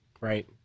right